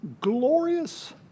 glorious